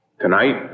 Tonight